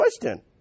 question